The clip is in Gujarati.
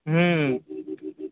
હં